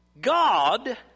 God